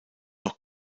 noch